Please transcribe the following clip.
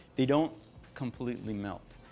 they don't completely melt.